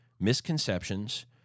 misconceptions